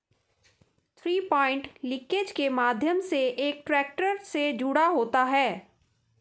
three point linkage के माध्यम से एक ट्रैक्टर से जुड़ा होता है